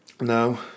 No